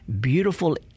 beautiful